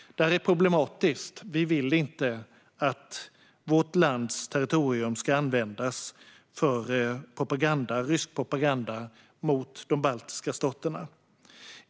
Detta är problematiskt. Vi vill inte att vårt lands territorium ska användas för rysk propaganda mot de baltiska staterna.